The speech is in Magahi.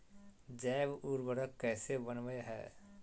जैव उर्वरक कैसे वनवय हैय?